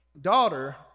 daughter